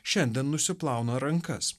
šiandien nusiplauna rankas